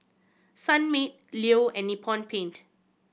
Sunmaid Leo and Nippon Paint